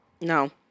No